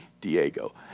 Diego